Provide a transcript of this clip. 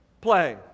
play